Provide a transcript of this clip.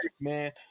man